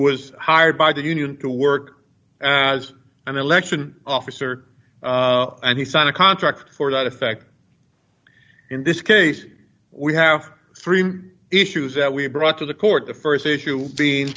was hired by the union to work as an election officer and he signed a contract for that effect in this case we have three issues that we brought to the court the st issue